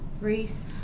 Reese